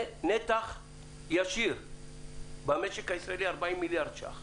זה נתח ישיר במשק הישראלי של 40 מיליארד שקל.